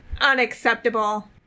unacceptable